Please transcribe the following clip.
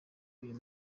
uyu